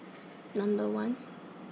Number one